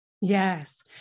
Yes